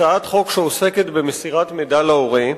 הצעת חוק שעוסקת במסירת מידע להורה.